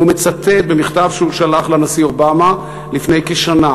והוא מצטט במכתב שהוא שלח לנשיא אובמה לפני כשנה,